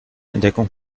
entdeckung